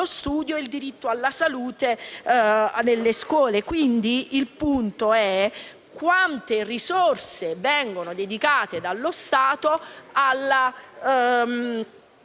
studio e alla salute nelle scuole. Quindi il punto è quante risorse vengono dedicate dallo Stato alla